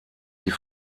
die